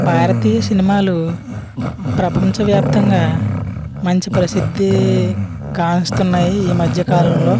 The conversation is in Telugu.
భారతీయ సినిమాలు ప్రపంచవ్యాప్తంగా మంచి ప్రసిద్ధి కావస్తున్నాయి ఈ మధ్యకాలంలో